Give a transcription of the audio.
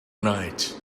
night